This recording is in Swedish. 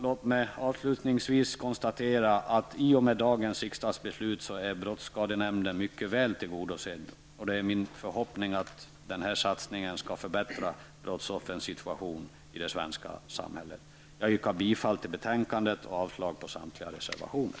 Låt mig avslutningsvis konstatera att brottsskadenämnden i och med det kommande beslutet är väl tillgodosedd. Min förhoppning är att denna satsning skall förbättra brottsoffrens situation i det svenska samhället. Jag yrkar bifall till hemställan i betänkandet och avslag på samtliga reservationer.